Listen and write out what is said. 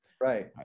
right